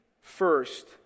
first